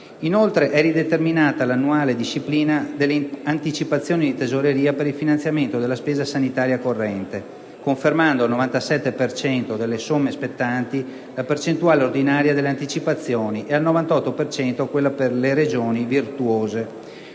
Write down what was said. Inoltre, è rideterminata l'annuale disciplina delle anticipazioni di tesoreria per il finanziamento della spesa sanitaria corrente, confermando al 97 per cento delle somme spettanti la percentuale ordinaria delle anticipazioni e al 98 per cento quella per le Regioni virtuose.